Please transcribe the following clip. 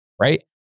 right